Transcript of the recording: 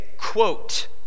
quote